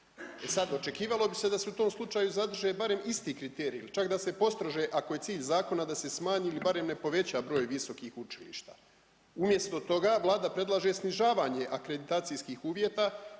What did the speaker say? sad, očekivalo bi se da se u tom slučaju zadrže barem isti kriteriji ili čak da se postrože ako je cilj zakona da se smanji ili barem ne poveća broj visokih učilišta. Umjesto toga Vlada predlaže snižavanje akreditacijskih uvjeta